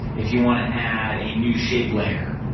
if you wanna add a new shape layer,